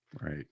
Right